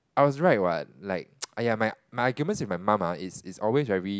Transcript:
I was right what like !aiya! my my arguments with my mom ah is is always very